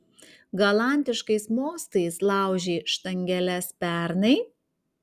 galantiškais mostais laužei štangeles pernai